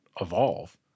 evolve